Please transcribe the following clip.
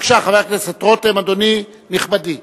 בבקשה, חבר הכנסת רותם, אדוני, נכבדי.